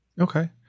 Okay